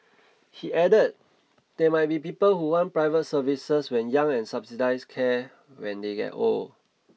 he added there might be people who want private services when young and subsidised care when they get old